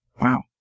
Wow